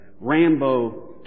Rambo